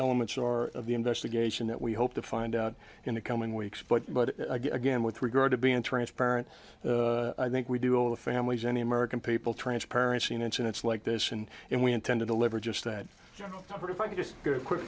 elements are of the investigation that we hope to find out in the coming weeks but but again with regard to being transparent i think we do all the families any american people transparency in incidents like this and and we intend to deliver just that but if i can just